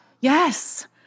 Yes